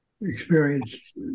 experienced